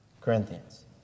Corinthians